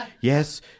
yes